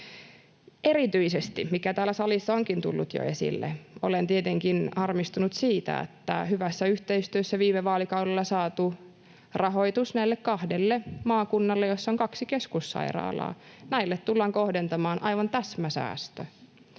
Erityisesti, mikä täällä salissa onkin tullut jo esille, olen tietenkin harmistunut siitä, että kun on hyvässä yhteistyössä viime vaalikaudella saatu rahoitus näille kahdelle maakunnalle, joissa on kaksi keskussairaalaa, niin nyt niille tullaan kohdentamaan aivan täsmäsäästö.